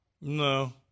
No